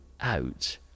out